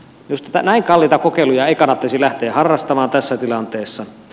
minusta näin kalliita kokeiluja ei kannattaisi lähteä harrastamaan tässä tilanteessa